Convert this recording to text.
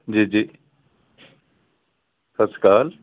ਜੀ ਜੀ ਸਤਿ ਸ਼੍ਰੀ ਅਕਾਲ